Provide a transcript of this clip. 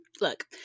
look